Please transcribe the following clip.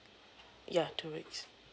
ya two weeks